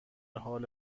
حال